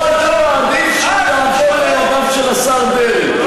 או שאתה מעדיף שהוא יעבור לידיו של השר דרעי?